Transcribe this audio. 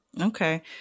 Okay